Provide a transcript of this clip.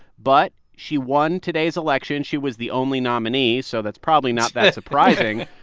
but she won today's election. she was the only nominee, so that's probably not that surprising.